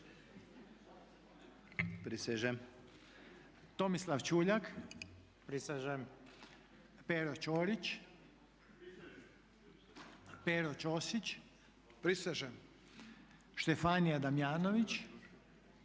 Tomislav Čuljak, Pero Čorić, Pero Čosić, Tulio Demetlika,